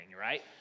right